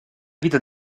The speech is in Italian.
vita